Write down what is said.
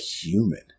human